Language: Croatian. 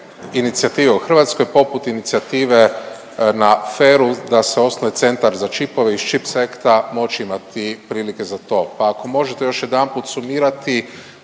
Hrvatskoj poput inicijative na FER-u da se osnuje centar za čipove iz čip cekta, moći imati prilike za to. Pa ako možete još jedanput sumirati